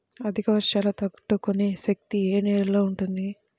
అధిక వర్షాలు తట్టుకునే శక్తి ఏ నేలలో ఉంటుంది?